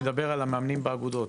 לא, אני מדבר על המאמנים באגודות.